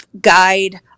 guide